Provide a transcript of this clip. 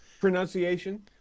Pronunciation